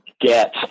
get